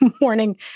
morning